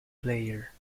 player